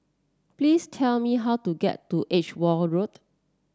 please tell me how to get to Edgeware Road